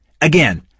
Again